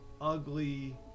ugly